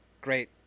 great